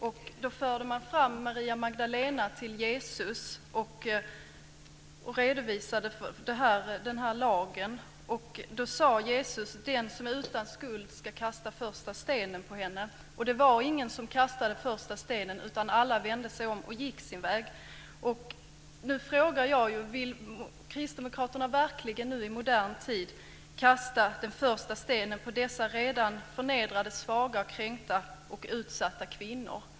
När man förde fram Maria Magdalena till Jesus och redovisade denna lag sade Jesus att den som var utan skuld skulle kasta första stenen på henne. Det var ingen som kastade första stenen, utan alla vände sig om och gick sin väg. Nu frågar jag: Vill Kristdemokraterna verkligen nu i modern tid kasta den första stenen på dessa redan förnedrade, svaga, kränkta och utsatta kvinnor?